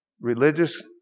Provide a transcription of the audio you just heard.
Religious